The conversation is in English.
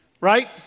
Right